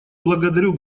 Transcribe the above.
благодарю